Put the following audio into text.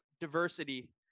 diversity